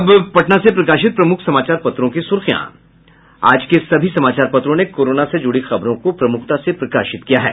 अब पटना से प्रकाशित प्रमुख समाचार पत्रों की सुर्खियां आज के सभी समाचार पत्रों ने कोरोना से जुड़ी खबरों को प्रमुखता से प्रकाशित किया है